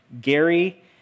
Gary